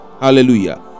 Hallelujah